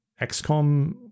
XCOM